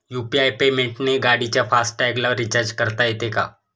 UPI पेमेंटने गाडीच्या fast टॅगला रिर्चाज करता येते का?